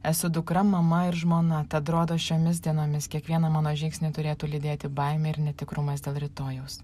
esu dukra mama ir žmona tad rodos šiomis dienomis kiekvieną mano žingsnį turėtų lydėti baimė ir netikrumas dėl rytojaus